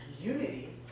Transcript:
unity